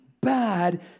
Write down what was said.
bad